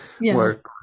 work